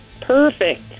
Perfect